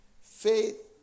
Faith